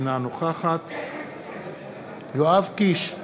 אינה נוכחת יואב קיש,